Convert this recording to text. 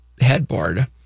headboard